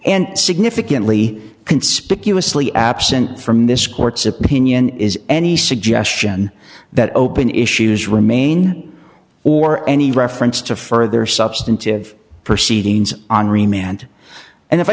and significantly conspicuously absent from this court's opinion is any suggestion that open issues remain or any reference to further substantive proceedings henri mant and if i